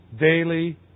daily